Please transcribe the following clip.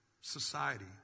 society